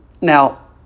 Now